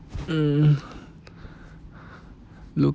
mm look